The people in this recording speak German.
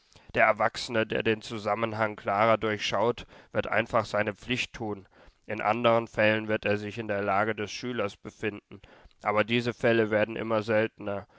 der erwachsene der den zusammenhang klarer durchschaut wird einfach seine pflicht tun in anderen fällen wird er sich in der lage des schülers befinden aber diese fälle werden immer seltener